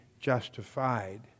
justified